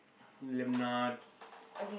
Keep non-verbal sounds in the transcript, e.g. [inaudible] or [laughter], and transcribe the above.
lemonade [breath]